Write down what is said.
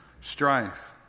strife